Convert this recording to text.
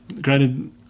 granted